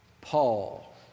Paul